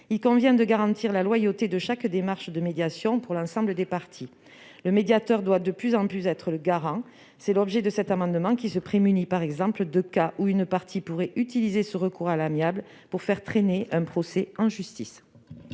il convient de garantir la loyauté de chaque démarche de médiation pour l'ensemble des parties. Le médiateur doit en être le garant. Tel est l'objet de cet amendement, qui vise à éviter qu'une partie n'utilise ce recours à l'amiable pour faire traîner un procès en justice.